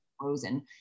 frozen